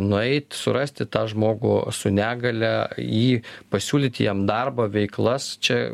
nueit surasti tą žmogų su negalia jį pasiūlyti jam darbo veiklas čia